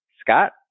Scott